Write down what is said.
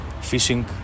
fishing